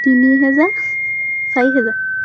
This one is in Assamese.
তিনি হেজাৰ চাৰি হেজাৰ